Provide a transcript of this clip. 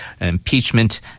impeachment